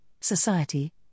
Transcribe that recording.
society